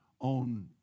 on